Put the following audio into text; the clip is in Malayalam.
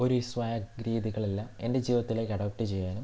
ഒരു സ്വഗ്ഗ് രീതികളെല്ലാം എൻ്റെ ജീവിതത്തിലേയ്ക്ക് അഡോപ്റ്റ് ചെയ്യാനും